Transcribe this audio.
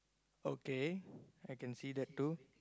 okay I can see that too